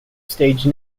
stage